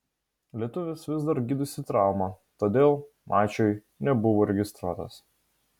lietuvis vis dar gydosi traumą todėl mačui nebuvo registruotas